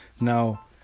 Now